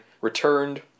returned